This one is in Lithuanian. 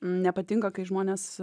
nepatinka kai žmonės